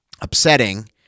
upsetting